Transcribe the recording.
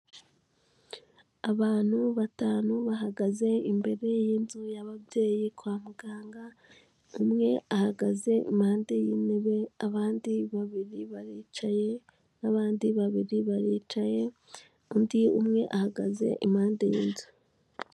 Abantu batanu bahagaze imbere y'inzu y'ababyeyi kwa muganga. Umwe ahagaze impande y'intebe. Abandi babiri baricaye n'abandi babiri baricaye. Undi umwe ahagaze impande y'inzu.